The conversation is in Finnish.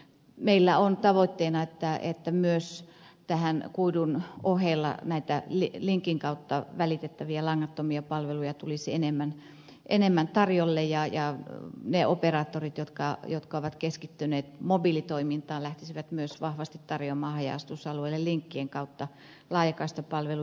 meillä on tavoitteena että kuidun ohella myös linkin kautta välitettäviä langattomia palveluja tulisi enemmän tarjolle ja ne operaattorit jotka ovat keskittyneet mobiilitoimintaan lähtisivät myös vahvasti tarjoamaan haja asutusalueille linkkien kautta laajakaistapalveluja